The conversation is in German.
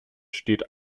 steht